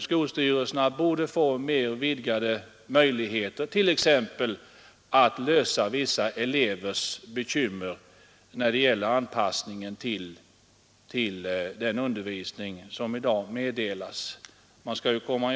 Skolstyrelserna borde få vidgade möjligheter att t.ex. lösa vissa elevers bekymmer när det gäller anpassningen till undervisningen.